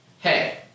hey